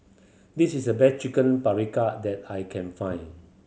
this is the best Chicken that I can find